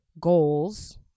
goals